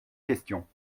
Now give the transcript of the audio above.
questions